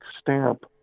stamp